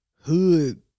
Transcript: Hood